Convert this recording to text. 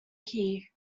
hee